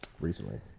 recently